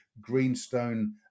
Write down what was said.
Greenstone